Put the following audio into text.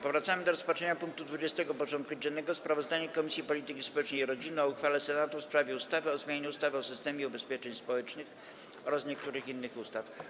Powracamy do rozpatrzenia punktu 20. porządku dziennego: Sprawozdanie Komisji Polityki Społecznej i Rodziny o uchwale Senatu w sprawie ustawy o zmianie ustawy o systemie ubezpieczeń społecznych oraz niektórych innych ustaw.